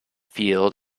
field